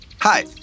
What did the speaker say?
Hi